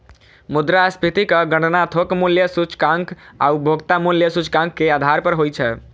मुद्रास्फीतिक गणना थोक मूल्य सूचकांक आ उपभोक्ता मूल्य सूचकांक के आधार पर होइ छै